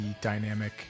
dynamic